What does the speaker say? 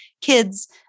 kids